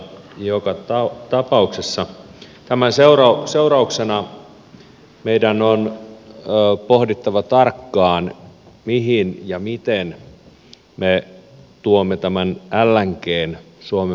joka tapauksessa tämän seurauksena meidän on pohdittava tarkkaan mihin ja miten me tuomme tämän lngn suomen markkinoille